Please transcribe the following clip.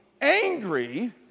angry